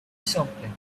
something